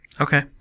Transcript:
Okay